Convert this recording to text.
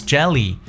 Jelly